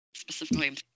Specifically